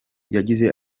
yagize